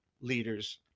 leaders